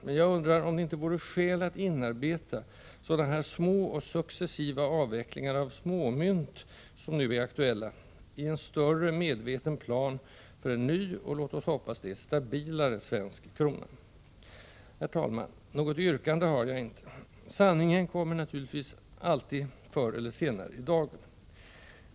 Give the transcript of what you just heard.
Men jag undrar om det inte vore skäl att inarbeta sådana här små och successiva avvecklingar av småmynt, som nu är aktuella, i en större medveten plan för en ny och — låt oss hoppas det — stabilare svensk krona. Herr talman! Något yrkande har jag inte. Sanningen kommer naturligtvis ändå förr eller senare i dagen.